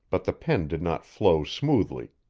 but the pen did not flow smoothly.